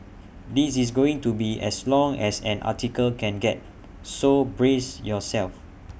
this is going to be as long as an article can get so brace yourself